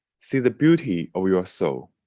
see the beauty, of your soul.